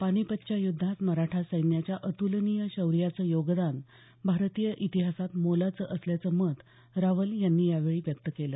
पानिपतच्या युद्धात मराठा सैन्याच्या अतुलनीय शौऱ्याचं योगदान भारतीय इतिहासात मोलाचं असल्याचं मत रावल यांनी यावेळी व्यक्त केलं